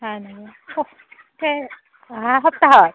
হয় নেকি অহা সপ্তাহত